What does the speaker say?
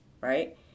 right